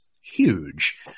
huge